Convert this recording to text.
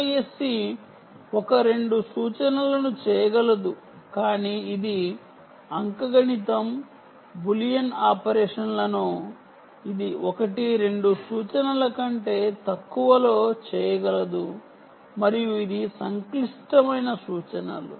RISC ఒకటి రెండు సూచనలను చేయగలదు కానీ ఇది అర్థమెటిక్ బూలియన్ ఆపరేషన్లను ఇది ఒకటి రెండు సూచనల కంటే తక్కువలో చేయగలదు మరియు ఇది సంక్లిష్టమైన సూచనలు